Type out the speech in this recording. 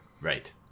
right